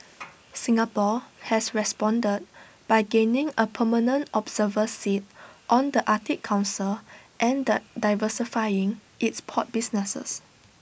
Singapore has responded by gaining A permanent observer seat on the Arctic Council and diversifying its port businesses